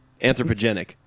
Anthropogenic